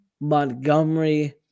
Montgomery